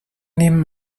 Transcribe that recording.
nehmen